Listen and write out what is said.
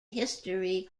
history